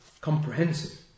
Comprehensive